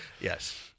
Yes